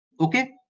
Okay